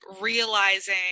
realizing